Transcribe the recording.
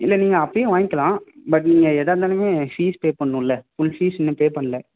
இல்லை நீங்கள் அப்பேயே வாங்கிக்கலாம் பட் நீங்கள் எதாக இருந்தாலுமே ஃபீஸ் பே பண்ணணுமில ஃபுல் ஃபீஸ் இன்னும் பே பண்ணல